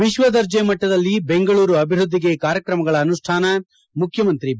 ವಿಶ್ವ ದರ್ಜೆ ಮಟ್ಟದಲ್ಲಿ ಬೆಂಗಳೂರು ಅಭಿವೃದ್ಧಿಗೆ ಕಾರ್ಯಕ್ರಮಗಳ ಅನುಷ್ಠಾನ ಮುಖ್ಯಮಂತ್ರಿ ಬಿ